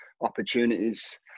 opportunities